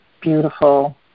beautiful